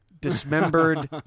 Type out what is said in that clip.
dismembered